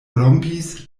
rompis